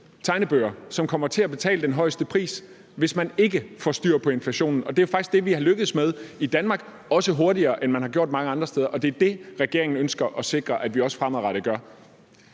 som kommer til at betale den højeste pris, hvis man ikke får styr på inflationen. Det er faktisk det, vi er lykkedes med i Danmark, også hurtigere, end man har gjort mange andre steder, og det er det, regeringen ønsker at sikre at vi også fremadrettet gør.